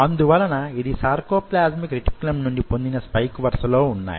అందువలన ఇది sarcoplasmic reticulum నుండి పొందిన స్పైక్ వరుస లో ఉన్నాయి